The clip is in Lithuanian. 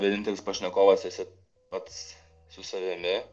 vienintelis pašnekovas esi pats su savimi